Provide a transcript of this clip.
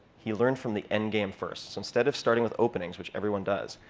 he learned from the end game first. so instead of starting with openings, which everyone does,